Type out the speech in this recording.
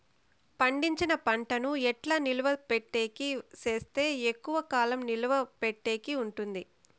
పండించిన పంట ను ఎట్లా నిలువ పెట్టేకి సేస్తే ఎక్కువగా కాలం నిలువ పెట్టేకి ఉంటుంది?